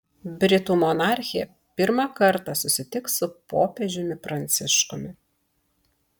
britų monarchė pirmą kartą susitiks su popiežiumi pranciškumi